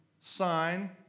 sign